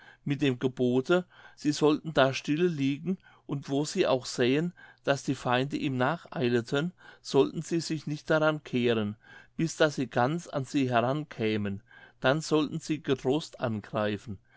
mit dem gebote sie sollten da stille liegen und wo sie auch sähen daß die feinde ihm nacheileten sollten sie sich nicht daran kehren bis daß sie ganz an sie heran kämen dann sollten sie getrost angreifen